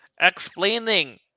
explaining